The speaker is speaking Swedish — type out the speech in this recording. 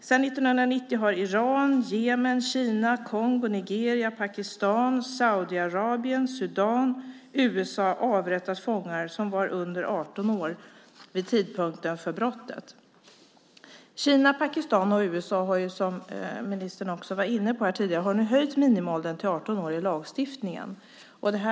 Sedan 1990 har Iran, Jemen, Kina, Kongo, Nigeria, Pakistan, Saudiarabien, Sudan och USA avrättat fångar som var under 18 år vid tidpunkten för brottet. Kina, Pakistan och USA har dock, som ministern också var inne på, nu höjt minimiåldern i lagstiftningen till 18 år.